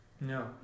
No